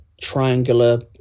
triangular